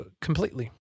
completely